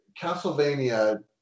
Castlevania